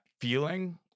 feeling